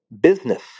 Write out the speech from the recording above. business